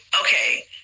okay